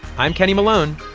i'm kenny malone.